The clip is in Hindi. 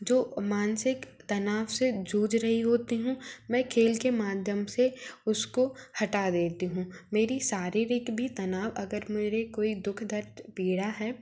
जो मानसिक तनाव से जूझ रही होती हूँ मैं खेल के माध्यम से उसको हटा देती हूँ मेरी शारीरिक भी तनाव अगर मेरे कोई दुख दर्द पीड़ा है